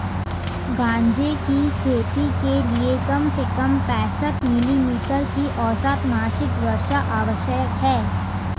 गांजे की खेती के लिए कम से कम पैंसठ मिली मीटर की औसत मासिक वर्षा आवश्यक है